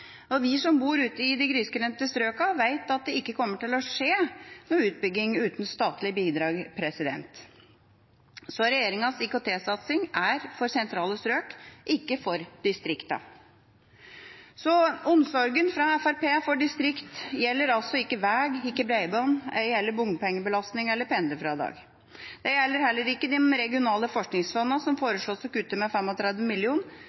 utbyggingen. Vi som bor ute i de grisgrendte strøkene, vet at det ikke kommer til å skje noen utbygging uten statlige bidrag, så regjeringas IKT-satsing er for sentrale strøk, ikke for distriktene. Fremskrittspartiets omsorg for distriktene gjelder altså ikke vei, ikke bredbånd, ei heller bompengebelastning eller pendlerfradrag. Den gjelder heller ikke de regionale forskningsfondene som